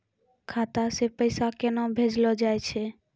खाता से पैसा केना भेजलो जाय छै?